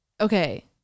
Okay